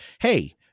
hey